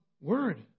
word